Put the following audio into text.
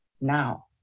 now